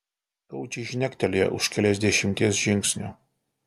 skaudžiai žnektelėjo už keliasdešimties žingsnių